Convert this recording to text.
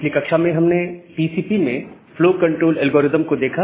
पिछली कक्षा में हमने टीसीपी में फ्लो कंट्रोल एल्गोरिदम को देखा